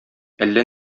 әллә